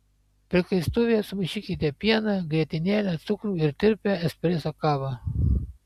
prikaistuvyje sumaišykite pieną grietinėlę cukrų ir tirpią espreso kavą